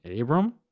Abram